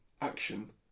action